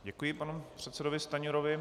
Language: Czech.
Děkuji panu předsedovi Stanjurovi.